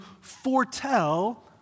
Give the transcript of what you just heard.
foretell